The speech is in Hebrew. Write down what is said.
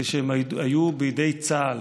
כשהם היו בידי צה"ל.